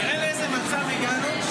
תראה לאיזה מצב הגענו,